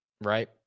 Right